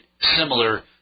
similar